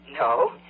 No